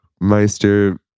meister